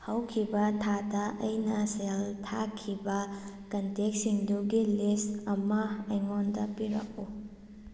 ꯍꯧꯈꯤꯕ ꯊꯥꯗ ꯑꯩꯅ ꯁꯦꯜ ꯊꯥꯈꯤꯕ ꯀꯟꯇꯦꯛꯁꯤꯡꯗꯨꯒꯤ ꯂꯤꯁ ꯑꯃ ꯑꯩꯉꯣꯟꯗ ꯄꯤꯔꯛꯎ